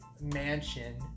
mansion